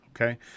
Okay